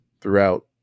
throughout